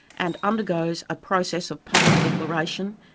and undergoes a process of public declaration,